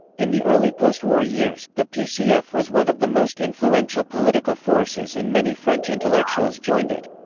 in the early post-war years, the pcf was one of the most influential political forces and many french intellectuals joined it.